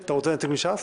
אתה רוצה נציג מש"ס?